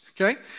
okay